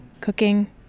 cooking